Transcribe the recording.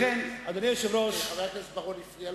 מס נסיעות.